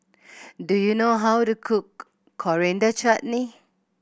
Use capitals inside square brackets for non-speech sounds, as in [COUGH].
do you know how to cook [UNINTELLIGIBLE] Coriander Chutney